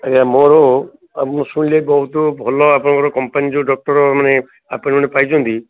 ଆଜ୍ଞା ମୋର ମୁଁ ଶୁଣିଲି ବହୁତ ଭଲ ଆପଣଙ୍କର କମ୍ପାନୀ ଯେଉଁ ଡକ୍ଟରମାନେ ଆପଏଣ୍ଟମେଣ୍ଟ୍ ପାଇଛନ୍ତି